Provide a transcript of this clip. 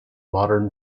modern